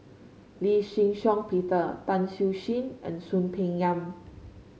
Lee Shih Shiong Peter Tan Siew Sin and Soon Peng Yam